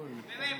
פנינים,